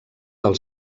del